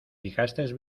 fijaste